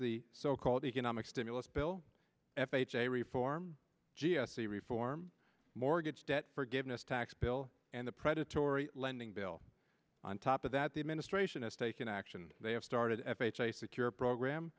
the so called economic stimulus bill f h a reform g s c reform mortgage debt forgiveness tax bill and the predatory lending bill on top of that the administration has taken action they have started f h a secure program